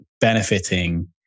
benefiting